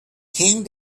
came